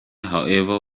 however